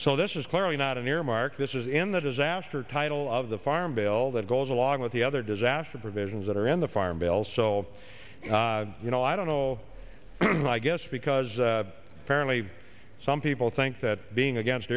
so this is clearly not an earmark this is in the disaster title of the farm bill that goes along with the other disaster provisions that are in the farm bill so you know i don't know i guess because apparently some people think that being against